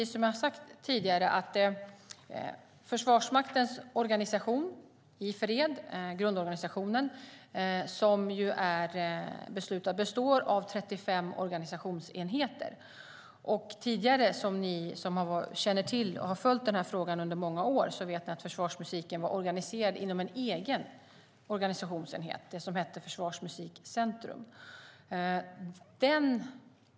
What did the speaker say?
Som jag sagt tidigare består Försvarsmaktens organisation i fred, grundorganisationen, av 35 organisationsenheter, vilket är beslutat. De som följt den här frågan under många år vet att försvarsmusiken tidigare var organiserad i en egen organisationsenhet, Försvarsmusikcentrum.